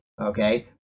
Okay